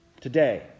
today